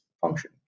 function